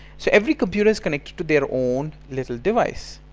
so every computer is connected to their own little device.